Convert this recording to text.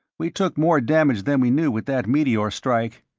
we took more damage than we knew with that meteor strike.